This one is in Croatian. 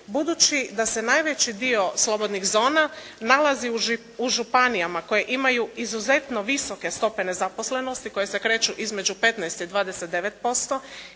budući da se najveći dio slobodnih zona nalazi u županijama koje imaju izuzetno visoke stope nezaposlenosti koje se kreću između 15 i 29%